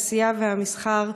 התעשייה והמסחר,